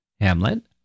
Hamlet